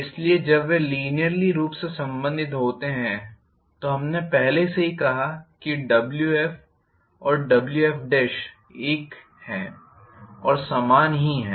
इसलिए जब वे लीनियरली रूप से संबंधित होते हैं तो हमने पहले से ही कहा कि Wf और Wf एक हैं और समान ही हैं